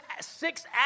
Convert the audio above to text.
six